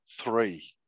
Three